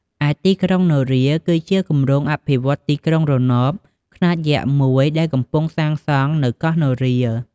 ឯទីក្រុងនរា គឺជាគម្រោងអភិវឌ្ឍន៍ទីក្រុងរណបខ្នាតយក្សមួយ ដែលកំពុងសាងសង់នៅកោះនរា។